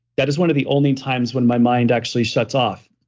that is one of the only times when my mind actually shuts off.